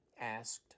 asked